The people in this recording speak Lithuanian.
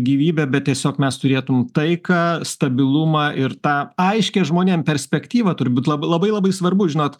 gyvybę bet tiesiog mes turėtum taiką stabilumą ir tą aiškią žmonėm perspektyvą turbūt lab labai labai svarbu žinot